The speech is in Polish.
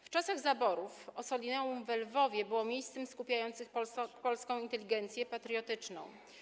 W czasach zaborów Ossolineum we Lwowie było miejscem skupiającym polską inteligencję patriotyczną.